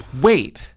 wait